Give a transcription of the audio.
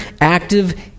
active